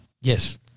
Yes